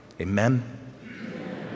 Amen